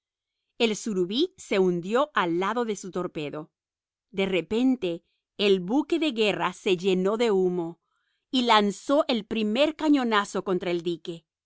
el surubí se hundió al lado de su torpedo de repente el buque de guerra se llenó de humo y lanzó el primer cañonazo contra el dique